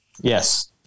Yes